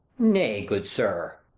nay, good sir,